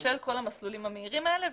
של כל המסלולים המהירים האלה,